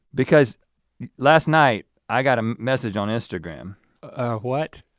because last night, i got a message on instagram. a what?